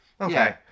Okay